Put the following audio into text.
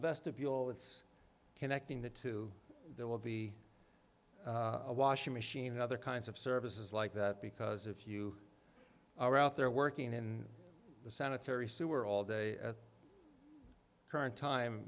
vestibule it's connecting the two there will be a washing machine other kinds of services like that because if you are out there working in the sanitary sewer all day current time